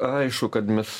aišku kad mes